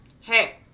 Hey